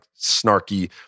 snarky